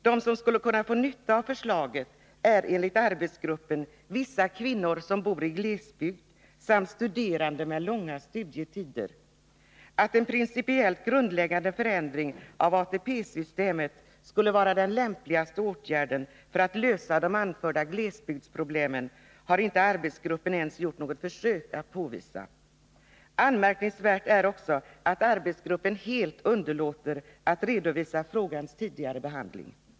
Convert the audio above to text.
De som skulle kunna få nytta av förslaget är enligt arbetsgruppen vissa kvinnor som bor i glesbygd samt studerande med långa studietider. Att en principiellt grundläggande förändring av ATP-systemet skulle vara den lämpligaste åtgärden för att lösa de anförda glesbygdspro-' blemen har arbetsgruppen inte ens gjort ett försök att påvisa. Anmärkningsvärt är också att arbetsgruppen helt underlåter att redovisa frågans tidigare behandling.